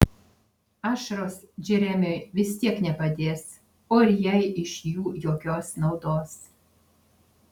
ašaros džeremiui vis tiek nepadės o ir jai iš jų jokios naudos